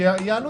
בשבילי הוא